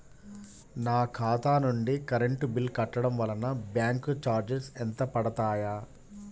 నా ఖాతా నుండి కరెంట్ బిల్ కట్టడం వలన బ్యాంకు చార్జెస్ ఎంత పడతాయా?